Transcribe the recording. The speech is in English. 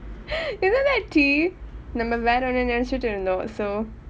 isn't that tea நம்ம வேற ஒன்னு நினைச்சுட்டு இருந்தோம்:namma vera onnu ninaichuttu irunthom so